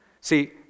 See